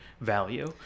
value